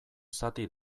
zati